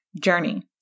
journey